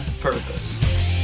purpose